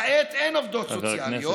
כעת אין עובדות סוציאליות,